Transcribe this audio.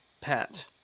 Pat